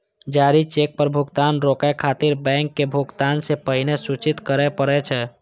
जारी चेक पर भुगतान रोकै खातिर बैंक के भुगतान सं पहिने सूचित करय पड़ै छै